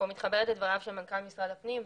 מתחברת לדבריו של משרד הפנים.